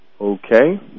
okay